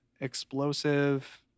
explosive